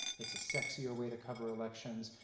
it's a sexier way to cover elections.